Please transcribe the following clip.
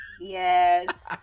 Yes